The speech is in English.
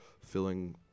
filling